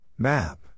Map